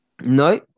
No